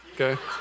okay